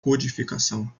codificação